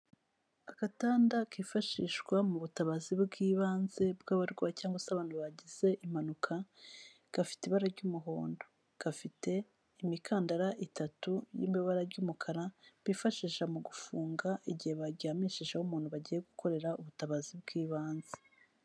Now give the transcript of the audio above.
Agatanda kifashishwa mu butabazi bw'ibanze bw'abarwa cyangwag se abantu bagize impanuka gafite ibara ry'umuhondo, gafite imikandara itatu y'ibara ry'umukara, bifashisha mu gufunga igihe baryamishijeho umuntu bagiye gukorera ubutabazi bw'ibanze.